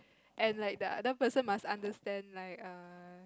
and like the other person must understand like err